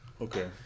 Okay